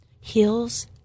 heals